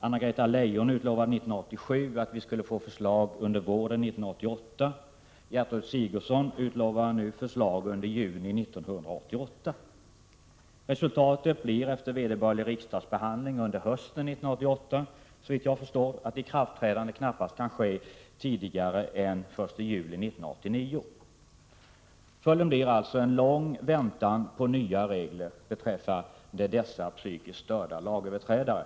Anna-Greta Leijon utlovade 1987 att vi skulle få ett förslag under våren 1988. Gertrud Sigurdsen utlovar nu ett förslag under juni 1988. Resultatet blir — efter sedvanlig riksdagsbehandling under hösten 1988, såvitt jag förstår — att lagen knappast kan träda i kraft tidigare än den 1 juli 1989. Det hela leder alltså till en lång väntan på nya regler beträffande dessa psykiskt störda lagöverträdare.